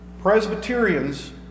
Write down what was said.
Presbyterians